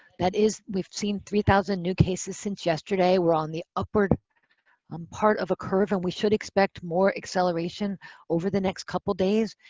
that is, we've seen three thousand new cases since yesterday. we're on the upward um part of a curve, and we should expect more acceleration over the next couple days.